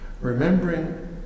remembering